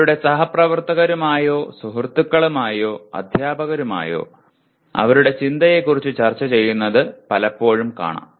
അവരുടെ സഹപ്രവർത്തകരുമായോ സുഹൃത്തുക്കളുമായോ അധ്യാപകരുമായോ അവരുടെ ചിന്തയെക്കുറിച്ച് ചർച്ച ചെയ്യുന്നത് പലപ്പോഴും കാണാം